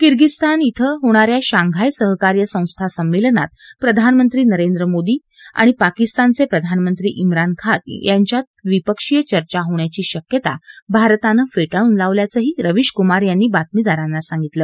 Kyrgyzstan शें होणाऱ्या Shanghai सहकार्य संस्था संमेलनात प्रधानमंत्री नरेंद्र मोदी आणि पाकिस्तानचे प्रधानमंत्री चिन खान यांच्यात द्विपक्षीय चर्चा होण्याची शक्यता भारतानं फेटाळून लावल्याचंही रवीश कुमार यांनी बातमीदारांना सांगितलं